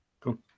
Cool